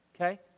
okay